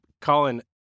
Colin